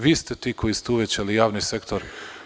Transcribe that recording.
Vi ste ti koji ste uvećali javni sektor.